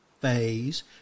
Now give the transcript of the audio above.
phase